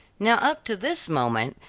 now up to this moment,